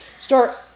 Start